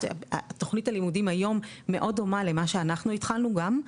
תוכנית הלימודים היום מאוד דומה למה שאנחנו התחלנו גם,